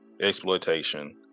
Exploitation